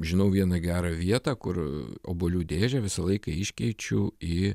žinau vieną gerą vietą kur obuolių dėžę visą laiką iškeičiu į